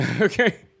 Okay